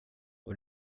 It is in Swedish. och